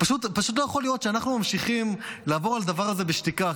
פשוט לא יכול להיות שאנחנו ממשיכים לעבור על דבר הזה בשתיקה,